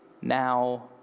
now